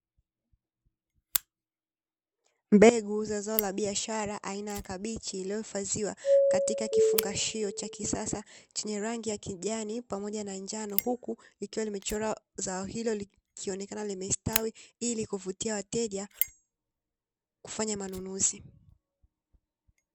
Mbegu za zao la biashara aina ya kabichi, zilizohifadhiwa katika kifungashio cha kisasa chenye rangi ya kijani pamoja na njano, huku likiwa nimechora zao hilo likionekana limestawi, ili kuvutia wateja kufanya manunuzi.